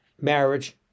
marriage